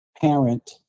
parent